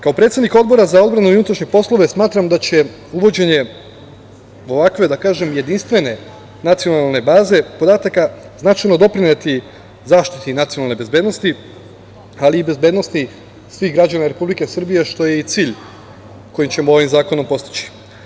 Kao predsednik Odbora za odbranu i unutrašnje poslove smatram da će uvođenje ovakve, da kažem, jedinstvene Nacionalne baze podataka značajno doprineti zaštiti nacionalne bezbednosti, ali i bezbednosti svih građana Republike Srbije, što je i cilj koji ćemo ovim zakonom postići.